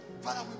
Father